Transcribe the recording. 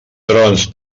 trons